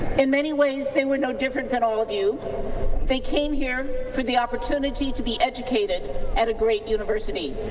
in many ways, they were no different than all of you they came here for the opportunity to be educated at a great university.